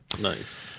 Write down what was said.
nice